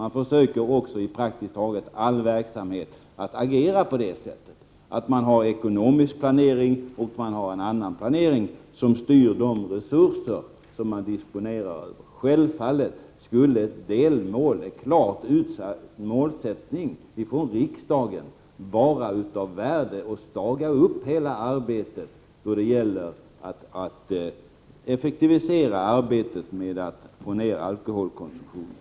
Man försöker också att i praktiskt taget all verksamhet agera så, att man har ekonomisk planering, och annan planering, som styr de resurser man disponerar över. Självfallet skulle ett delmål, en av riksdagen klart uttalad målsättning, vara av värde då det gäller att effektivisera arbetet med att få ner alkoholkonsumtionen.